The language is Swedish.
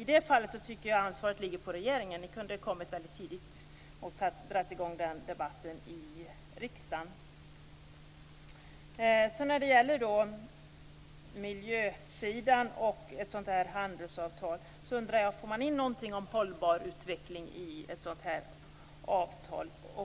I det fallet tycker jag att ansvaret ligger på regeringen. Ni kunde ha dragit i gång debatten i riksdagen mycket tidigare. När det gäller miljön och ett sådant här handelsavtal undrar jag: Får man in någonting om hållbar utveckling i avtalet?